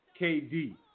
KD